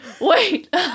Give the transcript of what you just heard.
wait